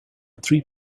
three